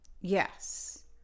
Yes